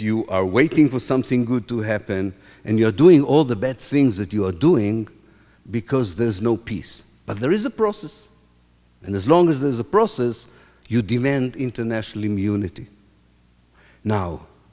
you are waiting for something good to happen and you're doing all the bad things that you are doing because there is no peace but there is a process and as long as there is a process you demand international immunity now